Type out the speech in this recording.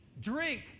drink